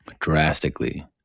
drastically